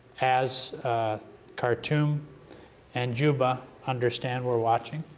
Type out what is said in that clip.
as khartoum and juba understand we're watching,